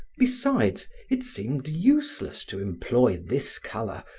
besides, it seemed useless to employ this color,